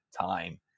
time